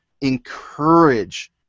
encourage